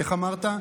איך אמרת?